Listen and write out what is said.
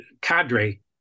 cadre